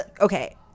okay